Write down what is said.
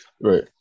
Right